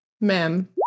Ma'am